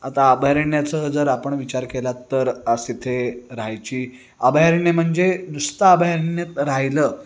आता अभयारण्याचं जर आपण विचार केला तर असे राहायची अभयारण्य म्हणजे नुसता अभयारण्यत राहिलं